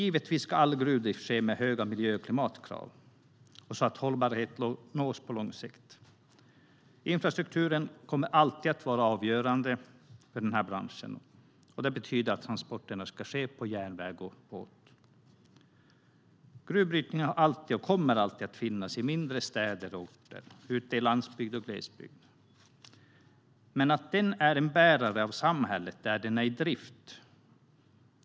Givetvis ska all gruvdrift ske med höga miljö och klimatkrav och så att hållbarhet nås på lång sikt. Infrastrukturen kommer alltid att vara avgörande för branschen, och det betyder att transporterna ska ske på järnväg och båt. Gruvbrytning har alltid funnits, och kommer alltid att finnas, i mindre städer och orter och ute i landsbygd och glesbygd. Den är en bärare av samhället där den är i drift.